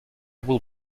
will